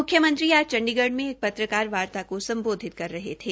मुख्यमंत्री आज चंडीगढ़ में एक पत्रकारवार्ता को सम्बोधित कर रहे थे